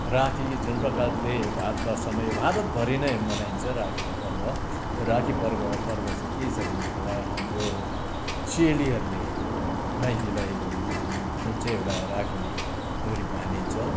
राखी जुन प्रकारले भारत वर्षमा यो भारत भरि नै मनाइन्छ राखी पर्व राखी पर्व चाहिँ के छ भनेदेखिलाई हाम्रो चेलीहरूले माइतीलाई जुन चाहिँ एउटा राखी डोरी बाँधिन्छ